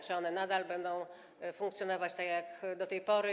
Czy one nadal będą funkcjonować, tak jak do tej pory?